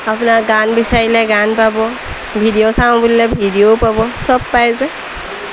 আপোনাৰ গান বিচাৰিলে গান পাব ভিডিঅ' চাওঁ বুলিলে ভিডিঅ'ও পাব চব পাই যে